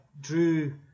Drew